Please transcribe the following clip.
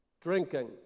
Drinking